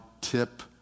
tip